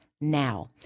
now